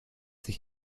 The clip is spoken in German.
sich